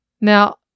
Now